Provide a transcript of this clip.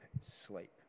sleep